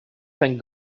thank